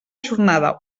jornada